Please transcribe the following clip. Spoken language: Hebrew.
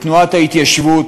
את תנועת ההתיישבות,